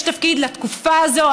יש תפקיד לתקופה הזאת,